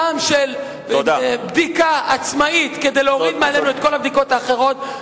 טעם של בדיקה עצמאית כדי להוריד מעצמנו את כל הבדיקות האחרות,